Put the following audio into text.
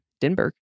Dinberg